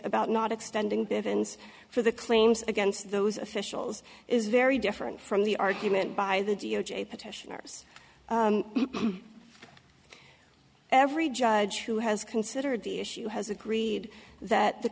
about not extending bevins for the claims against those officials is very different from the argument by the d o j petitioners every judge who has considered the issue has agreed that the